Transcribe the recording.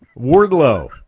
Wardlow